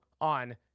on